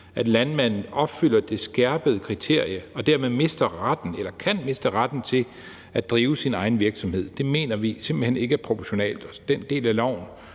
at landmanden opfylder det skærpede kriterie og dermed mister retten eller kan miste retten til at drive sin egen virksomhed. Det mener vi simpelt hen ikke er proportionalt. Den del af